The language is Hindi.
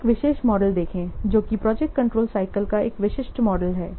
तो एक विशेष मॉडल देखें जो की प्रोजेक्ट कंट्रोल साइकिल का एक विशिष्ट मॉडल है